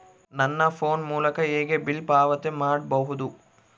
ನನ್ನ ಫೋನ್ ಮೂಲಕ ಹೇಗೆ ಬಿಲ್ ಪಾವತಿ ಮಾಡಬಹುದು?